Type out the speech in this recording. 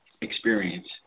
experience